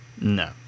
No